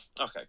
Okay